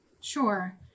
Sure